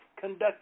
conduct